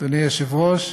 אדוני היושב-ראש,